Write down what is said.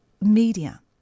media